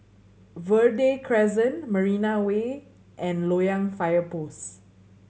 Verde Crescent Marina Way and Loyang Fire Post